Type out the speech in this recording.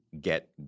get